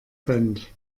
band